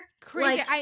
Crazy